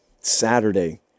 Saturday